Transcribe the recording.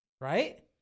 Right